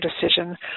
decision